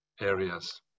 areas